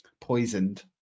poisoned